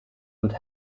und